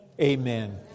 Amen